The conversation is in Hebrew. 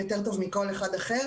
יותר טוב מכל אחד אחר,